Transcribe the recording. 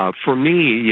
ah for me,